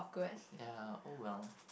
ya oh well